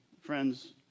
friends